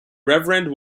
reverend